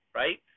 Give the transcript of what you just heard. right